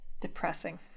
Depressing